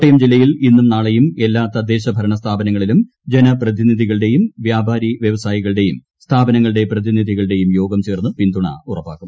കോട്ടയം ജില്ലയിൽ ഇന്നും നാളെയും എല്ലാ തദ്ദേശ്രഭരണ സ്ഥാപനങ്ങളിലും ജനപ്രതിനിധികളുടെയും സ്ഥാപനങ്ങളുടെ പ്രതിനിധികളുട്ടുയും യോഗം ചേർന്ന് പിന്തുണ ഉറപ്പാക്കും